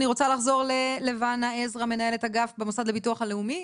אני רוצה לחזור ללבנה עזרא מנהלת אגף במוסד לביטוח לאומי.